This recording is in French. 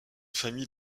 famille